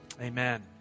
amen